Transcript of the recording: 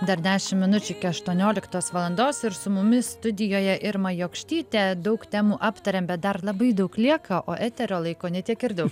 dar dešimt minučių iki aštuonioliktos valandos ir su mumis studijoje irma jokštytė daug temų aptarėm bet dar labai daug lieka o eterio laiko ne tiek ir daug